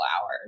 hours